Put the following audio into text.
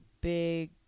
big